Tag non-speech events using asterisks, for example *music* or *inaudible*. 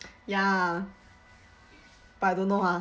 *noise* ya *noise* but I don't know ah